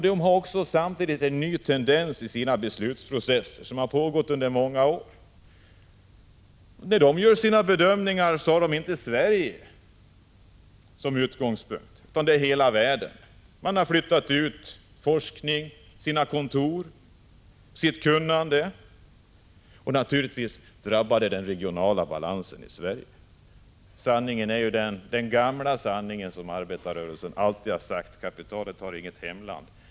De har samtidigt en ny tendens i sin beslutsprocess som pågått under många år. När de gör sina bedömningar har de inte Sverige som utgångspunkt, utan hela världen. Man har flyttat ut forskning, sina kontor och sitt kunnande. Naturligtvis drabbar detta den regionala balansen i Sverige. Sanningen, den gamla sanning som arbetarrörelsen alltid sagt, är att kapitalet inte har något hemland.